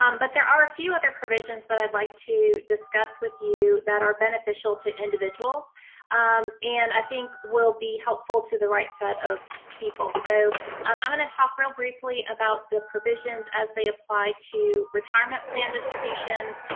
um but there are a few other provisions that i'd like to discuss with you that are beneficial to individuals um and i think will be helpful to the right set of people. so um i'm going to talk real briefly about the provisions as they apply to retirement plan distributions,